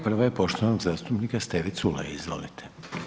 Prva je poštovanog zastupnika Steve Culeja, izvolite.